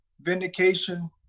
vindication